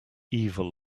evil